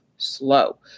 slow